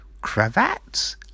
Cravats